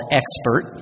expert